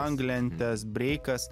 banglentes breikas